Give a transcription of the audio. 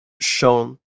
shown